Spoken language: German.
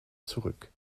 zurück